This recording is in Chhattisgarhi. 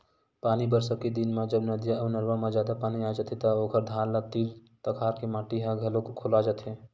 पानी बरसा के दिन म जब नदिया अउ नरूवा म जादा पानी आ जाथे त ओखर धार म तीर तखार के माटी ह घलोक खोला जाथे